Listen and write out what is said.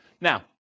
Now